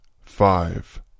Five